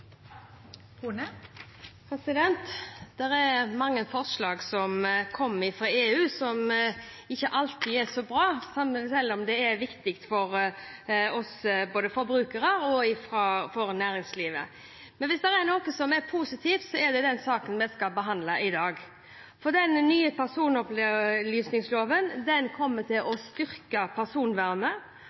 mange forslag som kommer fra EU, som ikke alltid er så bra, selv om det er viktig både for oss forbrukere og for næringslivet. Men hvis det er noe som er positivt, er det saken vi skal behandle i dag, for denne nye personopplysningsloven kommer til å styrke personvernet.